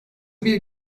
bir